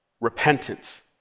repentance